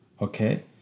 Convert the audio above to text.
okay